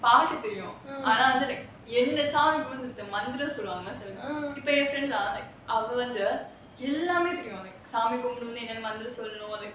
பாட்டு தெரியும் ஆனா மந்திரம் சொல்வாங்க சில பேரு எல்லாமே தெரியும்:paatu teriyum aana mandhiram solvanga sila peru ellamae teriyum